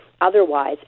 otherwise